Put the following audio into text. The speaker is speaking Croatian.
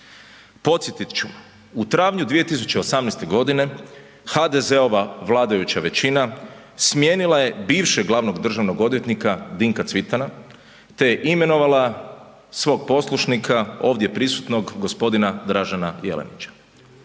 Podsjetit ću, u travnju 2018. godine HDZ-ova vladajuća većina smijenila je bivšeg glavnog državnog odvjetnika Dinka Cvitana te je imenovala svog poslušnika ovdje prisutnog gospodina Dražena Jelenića.